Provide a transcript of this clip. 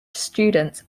students